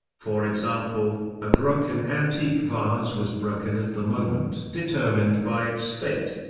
for example, a broken antique vase was broken at the moment determined by its fate.